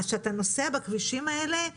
כשאתה נוסע בכבישים האלה,